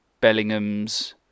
Bellingham's